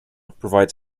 provides